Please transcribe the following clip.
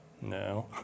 No